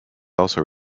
also